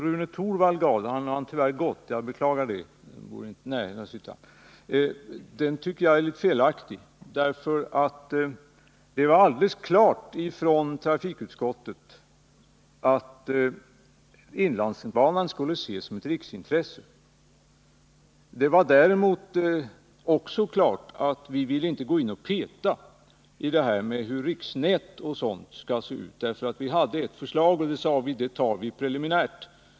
Det har kommit fram diverse åsikter här under debatten. Den tolkning som Rune Torwald gav tycker jag är felaktig, därför att det var alldeles klart från trafikutskottet att inlandsbanan skulle ses som ett riksintresse. Det var också klart att vi inte ville gå in och peta i frågan om hur riksnätet skall se ut. Vi hade ett förslag som vi sade att vi skulle ta preliminärt.